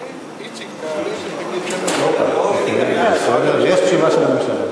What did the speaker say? בחלק הזה של בית-החולים "הדסה".